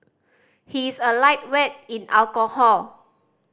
he is a lightweight in alcohol